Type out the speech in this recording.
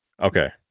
Okay